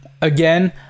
again